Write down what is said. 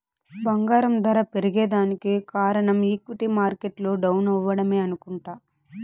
బంగారం దర పెరగేదానికి కారనం ఈక్విటీ మార్కెట్లు డౌనవ్వడమే అనుకుంట